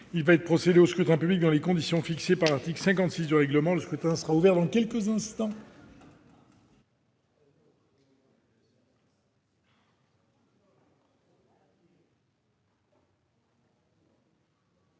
Il va être procédé au scrutin dans les conditions fixées par l'article 56 du règlement. Le scrutin est ouvert. Personne ne demande